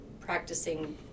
practicing